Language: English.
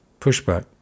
pushback